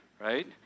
right